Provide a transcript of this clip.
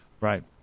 Right